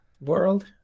world